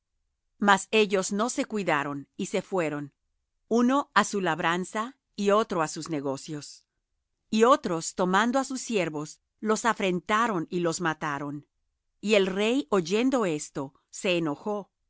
mas ellos no se cuidaron y se fueron uno á su labranza y otro á sus negocios y otros tomando á sus siervos los afrentaron y los mataron y el rey oyendo esto se enojó y